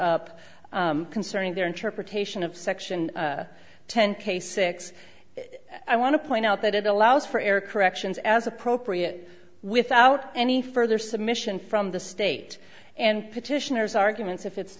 up concerning their interpretation of section ten k six i want to point out that it allows for error corrections as appropriate without any further submission from the state and petitioners arguments if it's